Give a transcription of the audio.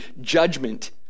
judgment